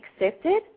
accepted